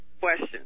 question